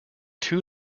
two